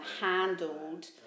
handled